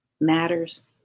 matters